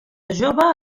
jove